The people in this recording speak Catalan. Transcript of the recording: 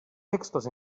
textos